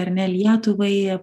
ar ne lietuvai